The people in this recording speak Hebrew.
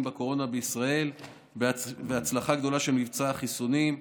בקורונה בישראל והצלחה גדולה של מבצע החיסונים,